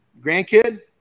grandkid